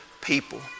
people